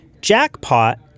Jackpot